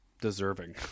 deserving